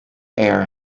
air